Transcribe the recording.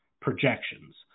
projections